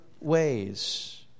ways